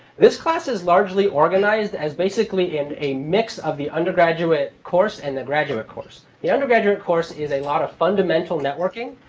this class is largely organized as basically and a mix of the undergraduate course and the graduate course. the undergraduate course is a lot of fundamental networking.